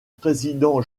président